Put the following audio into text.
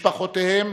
משפחותיהם